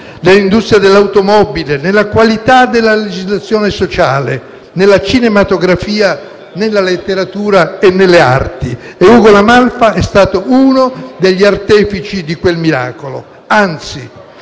nell'industria dell'automobile, nella qualità della legislazione sociale, nella cinematografia, nella letteratura e nelle arti. Ugo La Malfa è stato uno degli artefici di quel miracolo. Anzi,